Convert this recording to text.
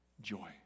joy